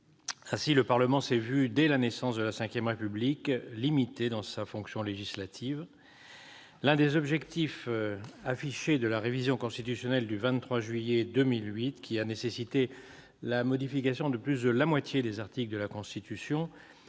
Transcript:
Ainsi, le Parlement s'est vu, dès la naissance de la VRépublique, limité dans sa fonction législative. L'un des objectifs affichés de la révision constitutionnelle du 23 juillet 2008, qui a nécessité la modification de plus de la moitié des articles de la Constitution,